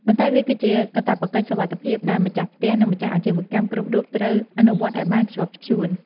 ប៉ុន្តែវាគឺជាកាតព្វកិច្ចសុវត្ថិភាពដែលម្ចាស់ផ្ទះ និងម្ចាស់អាជីវកម្មគ្រប់រូបត្រូវអនុវត្តឱ្យបានខ្ជាប់ខ្ជួន។